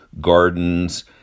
gardens